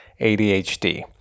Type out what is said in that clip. ADHD